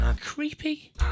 creepy